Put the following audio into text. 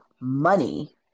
money